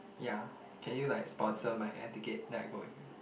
yeah can you like sponsor my air ticket then I go with you